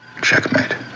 Checkmate